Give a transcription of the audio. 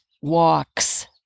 walks